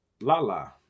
Lala